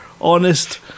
Honest